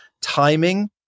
timing